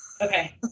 okay